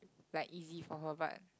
like easy for her but